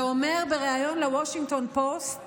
ואומר בריאיון לוושינגטון פוסט